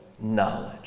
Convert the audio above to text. knowledge